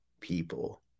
people